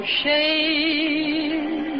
shame